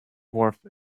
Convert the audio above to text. worth